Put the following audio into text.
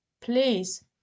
please